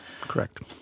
Correct